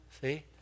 See